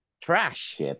trash